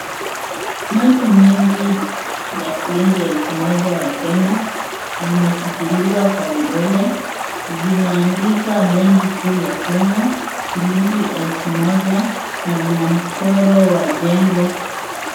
Noti mingi za shilingi elfu moja ya Kenya zimeshikiliwa kwa vidole. Zimeandikwa benki kuu ya Kenya shilingi elfu moja na zina mchoro wa jengo.